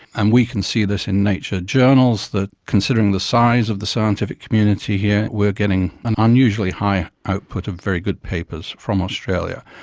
and we can see this in nature journals, that considering the size of the scientific community here we are getting an unusually high output of very good papers from australia.